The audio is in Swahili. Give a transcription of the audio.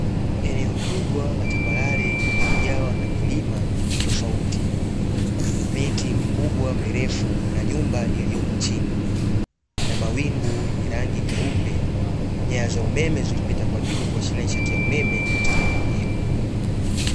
Eneo kubwa la tambarare iliyojawa na milima tofauti, miti mikubwa mirefu na nyumba iliopo chini na mawingu yenye rangi nyeupe, nyaya za umeme zikipita kwa juu kuashiria nishati ya umeme katika eneo hilo.